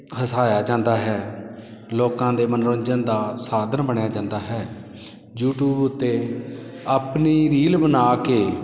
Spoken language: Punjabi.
ਹਸਾਇਆ ਜਾਂਦਾ ਹੈ ਲੋਕਾਂ ਦੇ ਮਨੋਰੰਜਨ ਦਾ ਸਾਧਨ ਬਣਿਆ ਜਾਂਦਾ ਹੈ ਯੂਟੂਬ ਉੱਤੇ ਆਪਣੀ ਰੀਲ ਬਣਾ ਕੇ